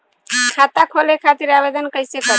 खाता खोले खातिर आवेदन कइसे करी?